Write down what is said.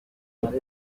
riguma